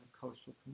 coastal